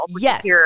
Yes